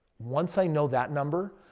once i know that number,